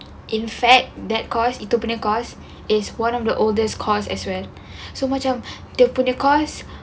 in fact that course itu punya course is one of the oldest course as well so macam dia punya course